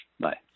Bye